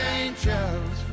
angels